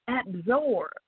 Absorb